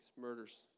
murders